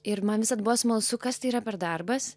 ir man visad buvo smalsu kas tai yra per darbas